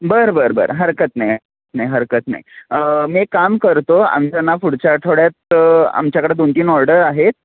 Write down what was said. बरं बरं बरं हरकत नाही हरकत नाही हरकत नाही मी एक काम करतो आमचं ना पुढच्या थोड्यात आमच्याकडं दोन तीन ऑर्डर आहेत